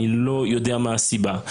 אני לא יודע מה הסיבה.